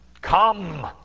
Come